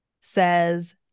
says